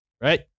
Right